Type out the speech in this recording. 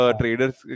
traders